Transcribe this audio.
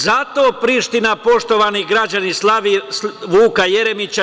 Zato Priština, poštovani građani, slavi Vuka Jeremića.